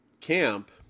camp